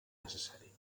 necessari